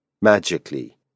magically